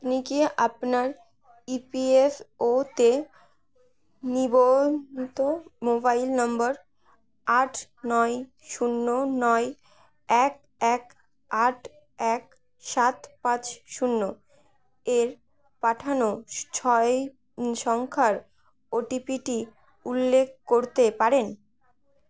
আপনি কি আপনার ই পি এফ ও তে নিবন্ধ মোবাইল নম্বর আট নয় শূন্য নয় এক এক আট এক সাত পাঁচ শূন্য এর পাঠানো ছয় সংখ্যার ওটিপি টি উল্লেখ করতে পারেন